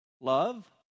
love